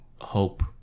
hope